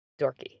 dorky